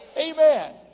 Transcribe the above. amen